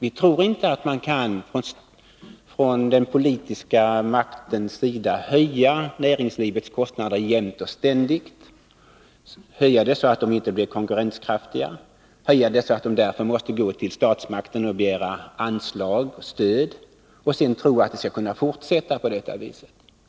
Vi tror inte att man från den politiska maktens sida kan höja näringslivets kostnader jämt och ständigt. Då förlorar man ju konkurrenskraften. I stället måste man begära anslag, stöd hos statsmakterna. Man tror att det kan fortsätta på det viset.